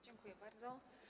Dziękuję bardzo.